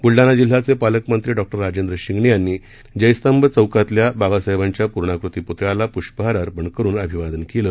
बुलढाणा जिल्ह्याचे पालकमंत्री डॉ राजेंद्र शिंगणे यांनी जयस्तंभ चौक श्विल्या बाबासाहेबांच्या प्रणाकृती प्तळ्याला प्ष्पहार अर्पण करून अभिवादन केलं